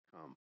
come